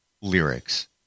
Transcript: lyrics